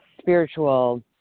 spiritual